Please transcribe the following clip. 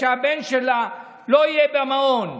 הבן שלה לא יהיה במעון,